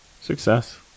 success